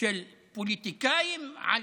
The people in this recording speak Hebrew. של פוליטיקאים על,